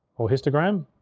or histogram.